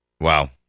Wow